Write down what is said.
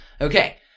Okay